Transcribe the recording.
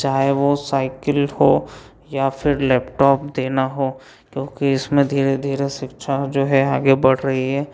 चाहे वह साइकिल हो या फिर लैपटॉप देना हो क्योंकि इसमें धीरे धीरे शिक्षा जो है आगे बढ़ रही है